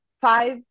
five